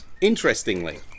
Interestingly